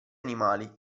animali